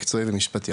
מקצועי ומשפטי.